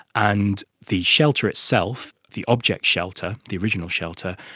and the shelter itself, the object shelter, the original shelter,